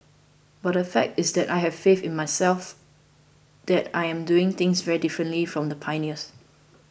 but the fact is that I have faith in myself that I am doing things very differently from the pioneers